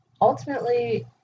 ultimately